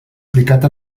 aplicat